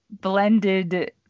blended